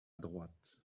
droite